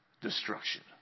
destruction